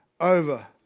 over